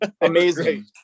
Amazing